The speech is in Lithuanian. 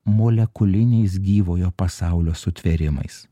molekuliniais gyvojo pasaulio sutvėrimais